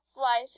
life